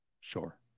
sure